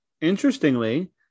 interestingly